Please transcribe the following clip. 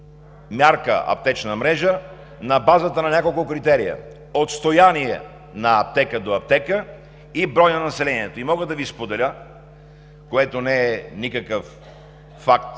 мярка е на базата на няколко критерия: отстояние на аптека до аптека и брой на населението. Мога да Ви споделя, което не е никакъв факт